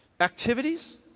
activities